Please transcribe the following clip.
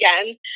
again